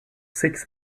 six